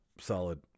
solid